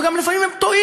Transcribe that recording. אבל לפעמים גם הם טועים,